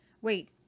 Wait